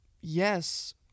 yes